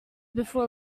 before